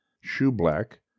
Shoeblack